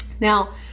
Now